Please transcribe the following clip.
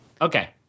Okay